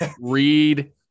Read